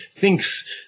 thinks